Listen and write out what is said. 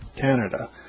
Canada